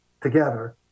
together